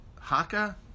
haka